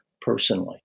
personally